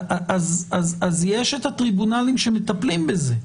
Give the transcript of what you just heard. אז יש את הטריבונלים שמטפלים בזה.